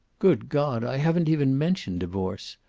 good god, i haven't even mentioned divorce.